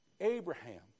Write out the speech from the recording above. Abraham